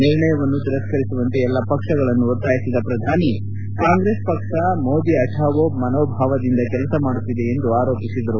ನಿರ್ಣಯವನ್ನು ತಿರಸ್ಕರಿಸುವಂತೆ ಎಲ್ಲ ಪಕ್ಷಗಳನ್ನು ಆಗ್ರಹಿಸಿದ ಪ್ರಧಾನಿ ಕಾಂಗ್ರೆಸ್ ಪಕ್ಷ ಮೋದಿ ಹಠಾವೋ ಮನೋಭಾವದಿಂದ ಕೆಲಸ ಮಾಡುತ್ತಿದೆ ಎಂದು ಆರೋಪಿಸಿದರು